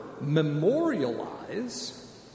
memorialize